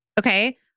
Okay